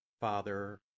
Father